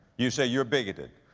you say, you're bigoted.